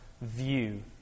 view